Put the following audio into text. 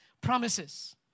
promises